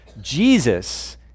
Jesus